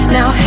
Now